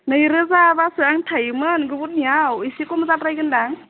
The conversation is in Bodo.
नैरोजाब्लासो आं थायोमोन गुबुननियाव एसे खम जाद्रायगोनदां